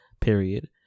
period